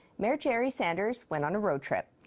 mayor jerry sanders went on a road trip.